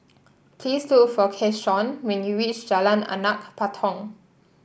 please look for Keshaun when you reach Jalan Anak Patong